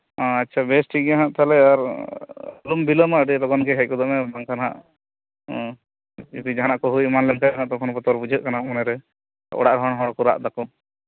ᱟᱪᱪᱷᱟ ᱵᱮᱥ ᱴᱷᱤᱠ ᱜᱮᱭᱟ ᱦᱟᱜ ᱛᱟᱦᱞᱮ ᱟᱨ ᱟᱞᱚᱢ ᱵᱤᱞᱚᱢᱟ ᱟᱹᱰᱤ ᱞᱚᱜᱚᱱ ᱜᱮ ᱦᱮᱡ ᱜᱚᱫᱚᱜ ᱢᱮ ᱵᱟᱝᱠᱷᱟᱱ ᱦᱟᱜ ᱡᱚᱫᱤ ᱡᱟᱸᱦᱟᱱᱟᱜ ᱠᱚ ᱦᱩᱭ ᱮᱢᱟᱱ ᱞᱮᱱᱠᱷᱟᱡ ᱛᱚᱠᱷᱚᱱ ᱵᱚᱛᱚᱨ ᱵᱩᱡᱷᱟᱹᱜ ᱠᱟᱱᱟ ᱢᱚᱱᱮᱨᱮ ᱚᱲᱟᱜ ᱨᱮᱱ ᱦᱚᱲ ᱠᱚ ᱨᱟᱜ ᱫᱟᱠᱚ